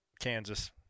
kansas